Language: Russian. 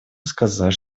сказать